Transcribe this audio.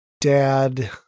dad